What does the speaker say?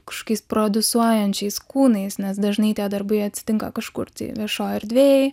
kažkokiais prodiusuojančiais kūnais nes dažnai tie darbai atsitinka kažkur viešoj erdvėj